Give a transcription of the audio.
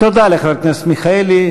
תודה לחבר הכנסת מיכאלי.